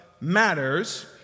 matters